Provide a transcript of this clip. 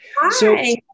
Hi